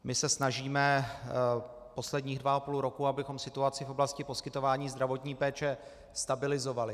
My se snažíme posledních dva a půl roku, abychom situaci v oblasti poskytování zdravotní péče stabilizovali.